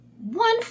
one